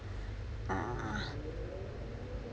ah